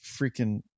freaking